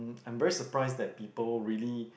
I'm very surprised that people really